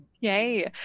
Yay